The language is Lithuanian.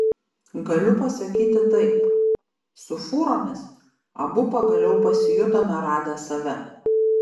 galiu pasakyti taip su fūromis abu pagaliau pasijutome radę save